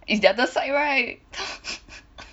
it's the other side right